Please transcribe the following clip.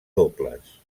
dobles